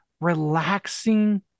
relaxing